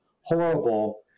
horrible